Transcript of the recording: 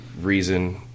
reason